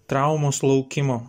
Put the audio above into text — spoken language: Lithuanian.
traumos laukimo